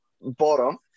bottom